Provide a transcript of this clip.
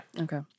okay